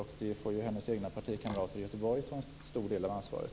För detta får kulturministerns partikamrater i Göteborg ta en stor del av ansvaret.